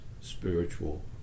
spiritual